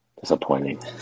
Disappointing